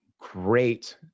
great